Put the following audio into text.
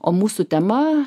o mūsų tema